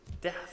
death